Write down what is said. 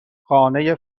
خانه